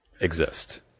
exist